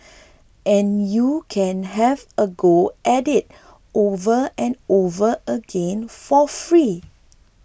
and you can have a go at it over and over again for free